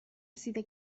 رسیده